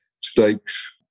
stakes